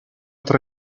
tre